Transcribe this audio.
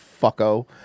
fucko